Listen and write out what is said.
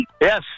Yes